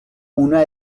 una